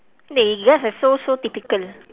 eh yours is so so typical